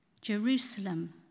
Jerusalem